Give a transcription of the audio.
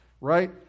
right